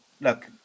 look